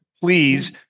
please